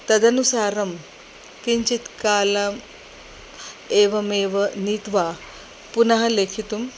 तदनुसारं किञ्चित् कालम् एवमेव नीत्वा पुनः लेखितुम्